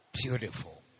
Beautiful